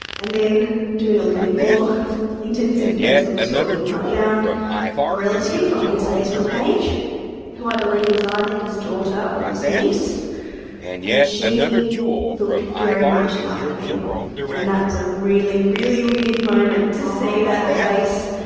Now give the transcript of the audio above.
and then doing a little bit more in terms of facebook stalking i found a relative on his facebook page who i believe is either his daughter or his niece and she looked very much like me and that was a really, really weird moment, to see that face.